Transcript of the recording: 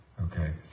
Okay